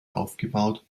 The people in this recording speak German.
aufgebaut